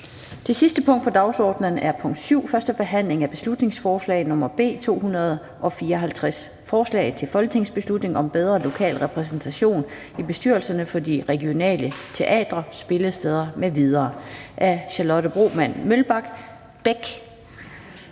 Det sidste punkt på dagsordenen er: 7) 1. behandling af beslutningsforslag nr. B 254: Forslag til folketingsbeslutning om bedre lokal repræsentation i bestyrelserne for de regionale teatre, spillesteder m.v. Af Charlotte Broman Mølbæk